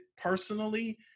personally